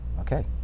okay